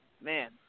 man